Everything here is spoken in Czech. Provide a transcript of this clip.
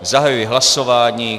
Zahajuji hlasování.